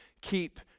Keep